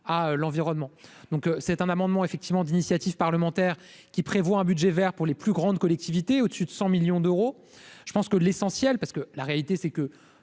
à l'environnement, donc c'est un amendement effectivement d'initiative parlementaire, qui prévoit un budget Vert pour les plus grandes collectivités au-dessus de 100 millions d'euros, je pense que l'essentiel parce que la réalité c'est que